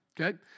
okay